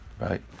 right